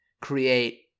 create